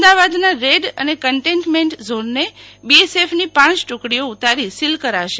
અમદાવાદના રેડ અને કકન્ટેટમેન્ટ ઝોનને બીએસેફની પાંચ ટુકડીઓ ઉતારી સીલ કરાશે